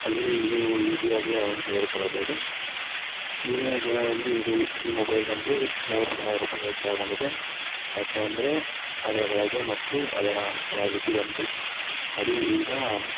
ಅಲ್ಲಿ ನೀವು ಈಸಿ ಆಗಿ ಅದನ್ನು ತೆಗೆದುಕೊಳ್ಳಬೌದು ಈಗಿನ ದಿನಗಳಲ್ಲಿ ಇದು ಈ ಮೊಬೈಲ್ ಬಂದು ಮೂವತ್ತು ಸಾವಿರ ರೂಪಾಯಿಗೆ ಹೆಚ್ಚಳಗೊಂಡಿದೆ ಯಾಕೆಂದರೆ ಅದರ ಬಳಕೆ ಮತ್ತು ಅದರ ಕ್ವ್ಯಾಲಿಟಿ ಬಂದು ಅದು ಈಗ